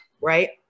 right